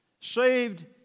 saved